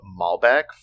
Malbec